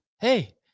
hey